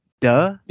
Duh